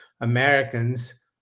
Americans